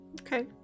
Okay